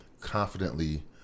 confidently